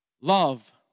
Love